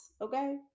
Okay